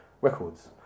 records